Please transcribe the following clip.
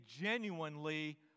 genuinely